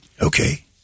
Okay